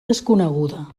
desconeguda